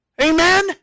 Amen